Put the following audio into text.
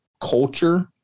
culture